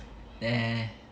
nah